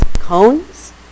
cones